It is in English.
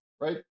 right